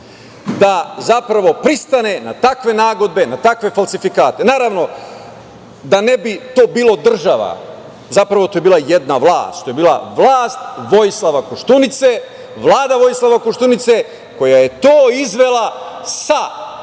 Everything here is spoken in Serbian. da zapravo, pristane na takve nagodbe, na takve falsifikate, naravno, da ne bi to bilo država, zapravo, to je bila jedna vlast, to je bila vlast Vojislava Koštunice, Vlada Vojislava Koštunice, koja je to izvela sa svojim